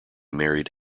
married